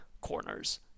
corners